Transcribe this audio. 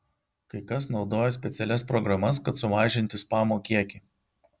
kai kas naudoja specialias programas kad sumažinti spamo kiekį